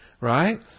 Right